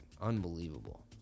Unbelievable